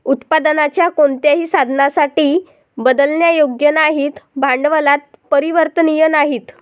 उत्पादनाच्या कोणत्याही साधनासाठी बदलण्यायोग्य नाहीत, भांडवलात परिवर्तनीय नाहीत